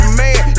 man